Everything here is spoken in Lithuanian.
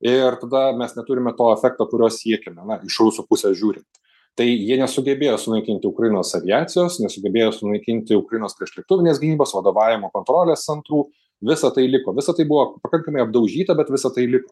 ir tada mes neturime to efekto kurio siekiame na iš rusų pusės žiūrint tai jie nesugebėjo sunaikinti ukrainos aviacijos nesugebėjo sunaikinti ukrainos priešlėktuvinės gynybos vadovavimo kontrolės centrų visa tai liko visa tai buvo pakankamai apdaužyta bet visa tai liko